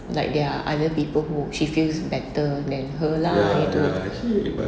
like there are other people who she feels better than her lah gitu